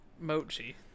mochi